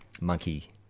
monkey